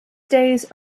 days